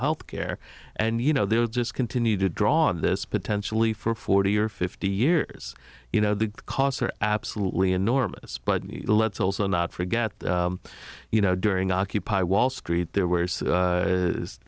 health care and you know they would just continue to draw on this potentially for forty or fifty years you know the costs are absolutely enormous but let's also not forget you know during occupy wall street there were